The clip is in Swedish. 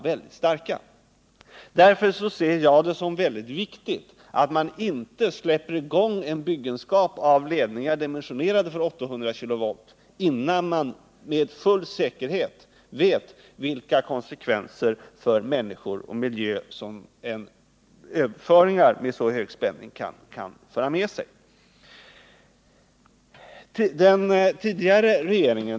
Enligt min mening är det därför mycket viktigt att man inte släpper i gång en byggenskap av ledningar som är dimensionerade för 800 kV, innan man med full säkerhet vet vilka konsekvenser för människor och miljö överföringar med så hög spänning medför.